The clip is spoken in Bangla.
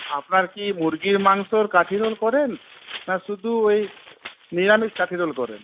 আপনারা কি মুরগীর মাংসর কাঠি রোল করেন না শুধু ওই নিরামিষ কাঠি রোল করেন